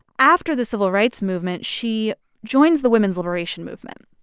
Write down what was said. after the civil rights movement, she joins the women's liberation movement.